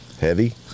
heavy